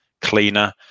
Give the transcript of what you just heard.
cleaner